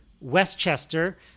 Westchester